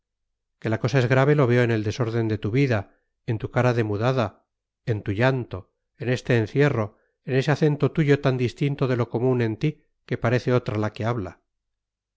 que la cosa es grave lo veo en el desorden de tu vida en tu cara demudada en tu llanto en este encierro en ese acento tuyo tan distinto de lo común en ti que parece otra la que habla